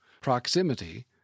proximity